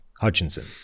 Hutchinson